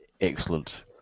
excellent